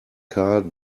car